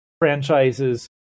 franchises